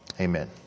Amen